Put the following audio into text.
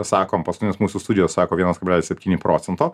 sakom paskutinės mūsų studijos sako vienas kablelis septyni procento